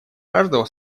каждого